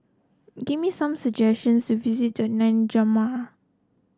give me some suggestions to visit in N'Djamena